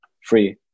free